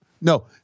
No